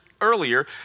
earlier